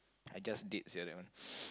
I just did sia that one